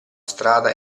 strada